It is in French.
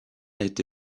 été